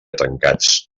tancats